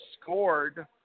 scored